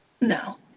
No